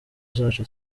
zacu